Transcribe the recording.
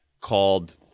called